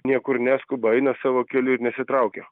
niekur neskuba eina savo keliu ir nesitraukia